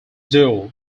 dio